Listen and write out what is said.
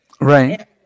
right